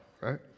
right